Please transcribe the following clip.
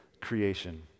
creation